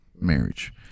marriage